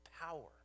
power